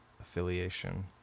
affiliation